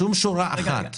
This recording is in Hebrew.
שום שורה אחת.